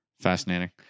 Fascinating